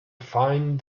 find